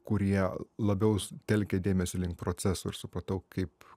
kurie labiau telkė dėmesį link proceso ir supratau kaip